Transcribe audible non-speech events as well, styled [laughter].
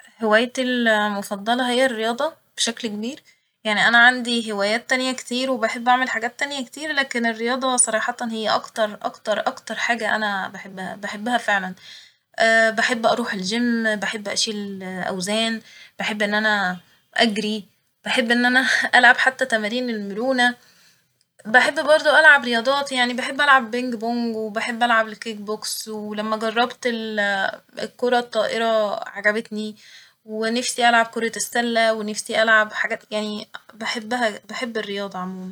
هوايتي المفضلة هي الرياضة بشكل كبير، يعني أنا عندي هوايات تانية كتير وبحب أعمل حاجات تانية كتير لكن الرياضة صراحة هي أكتر أكتر أكتر حاجة أنا بحبها بحبها فعلا، [hesitation] بحب أروح الجيم بحب أشيل أوزان بحب إن أنا أجري بحب إن أنا ألعب حتى تمارين المرونة ، بحب برضه ألعب رياضات يعني بحب ألعب بينج بونج وبحب ألعب الكيك بوكس ولما جربت ال- [hesitation] الكرة الطائرة عجبتني ونفسي ألعب كرة السلة ونفسي ألعب حاجات يعني بحبها بحب الرياضة عموما